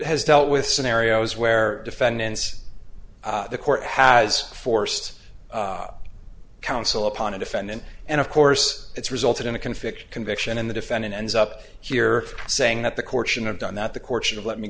has dealt with scenarios where defendants the court has forced counsel upon a defendant and of course it's resulted in a conviction conviction in the defendant ends up here saying that the court should have done that the court should let me